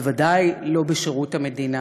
בוודאי לא בשירות המדינה.